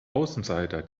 außenseiter